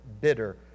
bitter